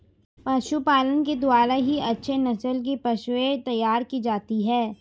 पशुपालन के द्वारा ही अच्छे नस्ल की पशुएं तैयार की जाती है